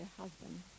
husband